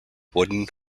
wooden